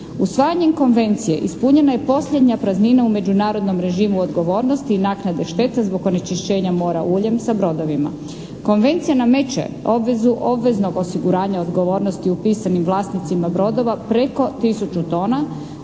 Usvajanjem konvencije ispunjena je posljednja praznina u međunarodnom režimu odgovornosti i naknade šteta zbog onečišćenja mora uljem sa brodovima. Konvencija nameće obvezu obveznog osiguranja odgovornosti upisanim vlasnicima brodova preko 1000 tona